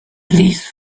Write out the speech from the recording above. please